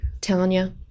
tanya